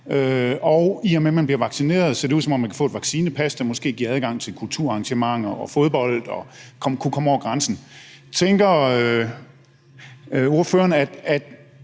i og med at man bliver vaccineret, kan få et vaccinepas, der måske giver adgang til kulturelle arrangementer, fodboldkampe og at kunne komme over grænsen. Tænker ordføreren, at